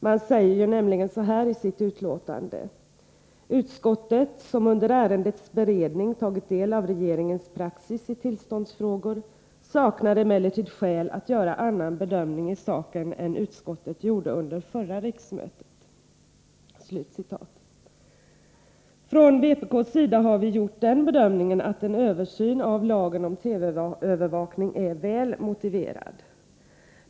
Den framhåller nämligen bl.a. följande: ”Utskottet, som under ärendets beredning tagit del av regeringens praxis i tillståndsfrågor, saknar emellertid skäl att göra annan bedömning i saken än utskottet gjorde under förra riksmötet.” Från vpk:s sida har vi gjort den bedömningen att en översyn av lagen om TV-övervakning är väl motiverad.